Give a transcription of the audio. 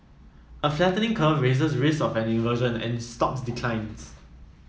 a flattening curve raises risk of an inversion and stocks declines